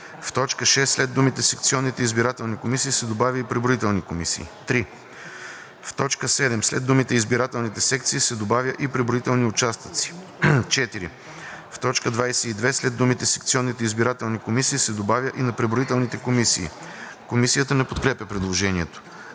В т. 6 след думите „секционните избирателни комисии“ се добавя „и преброителни комисии“. 3. В т. 7 след думите „избирателните секции“ се добавя „и преброителни участъци“. 4. В т. 22 след думите „секционните избирателни комисии“ се добавя „и на преброителните комисии“.“ Комисията не подкрепя предложението.